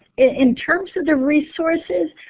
in terms of the resources,